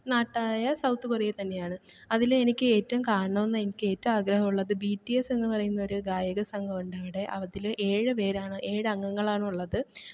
നാട്ടായ South Korea തന്നെയാണ് അതില് എനിക്ക് ഏറ്റവും കാണണമെന്ന് എനിക്ക് ഏറ്റവും ആഗ്രഹം ഉള്ളത് ബി ടി എസ് എന്ന് പറയുന്ന ഒരു ഗായകസംഘം ഉണ്ടവിടെ അതില് ഏഴ് പേരാണ് ഏഴ് അംഗങ്ങളാണുള്ളത്